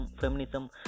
feminism